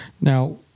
Now